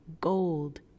gold